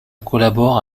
collabore